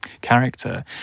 character